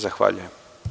Zahvaljujem.